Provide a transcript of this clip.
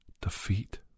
Defeat